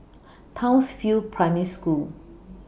Townsville Primary School